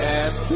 ass